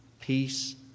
peace